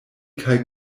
kaj